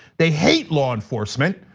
they hate law enforcement,